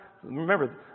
Remember